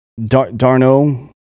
Darno